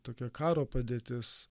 tokia karo padėtis